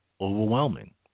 overwhelming